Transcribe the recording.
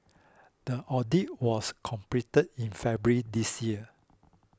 the audit was completed in February this year